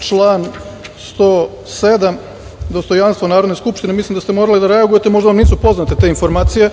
član 107. dostojanstvo Narodne skupštine. Mislim da ste morali da reagujete, možda vam nisu poznate te informacije,